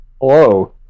hello